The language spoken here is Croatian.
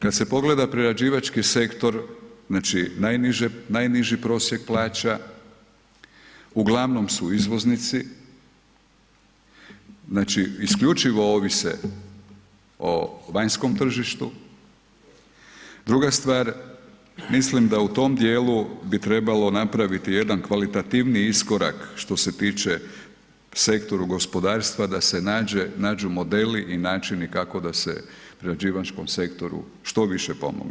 Kad se pogleda prerađivački sektor, znači najniži prosjek plaća, uglavnom su izvoznici, znači isključivo ovise o vanjskom tržištu, druga stvar, milim da u tom djelu bi trebalo napraviti jedan kvalitativniji iskorak što se tiče sektoru gospodarstva da se nađu modeli i načini kako da se prerađivačkom sektoru što više pomogne.